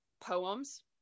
poems